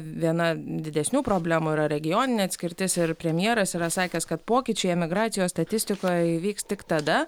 viena didesnių problemų yra regioninė atskirtis ir premjeras yra sakęs kad pokyčiai emigracijos statistikoje įvyks tik tada